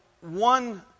one